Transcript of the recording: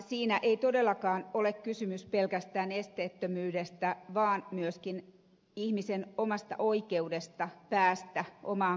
siinä ei todellakaan ole kysymys pelkästään esteettömyydestä vaan myöskin ihmisen omasta oikeudesta päästä omaan kotiinsa